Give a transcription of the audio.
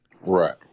Right